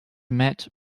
met